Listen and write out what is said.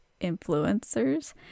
influencers